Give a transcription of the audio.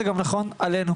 זה גם נכון עלינו,